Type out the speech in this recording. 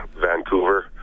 Vancouver